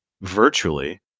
virtually